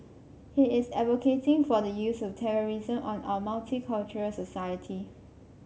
he is advocating for the use of terrorism on our multicultural society